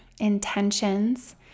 intentions